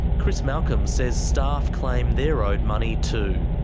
chris malcolm says staff claim they're owed money, too.